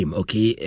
okay